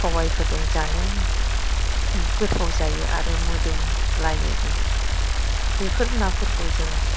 सबाइफोरजों जानो गोथाव जायो आरो मोदोमलायोबो बेफोर नाफोरखौ जों